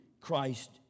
Christ